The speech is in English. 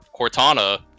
Cortana